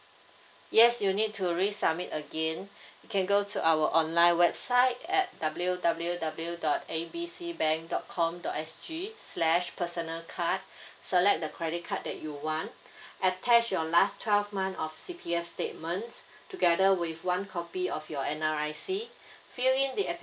yes you need to resubmit again you can go to our online website at W_W_W dot A B C bank dot com dot S_G slash personal card select the credit card that you want attach your last twelve month of C_P_F statements together with one copy of your N_R_I_C fill in the application